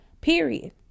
period